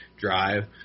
drive